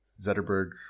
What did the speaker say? Zetterberg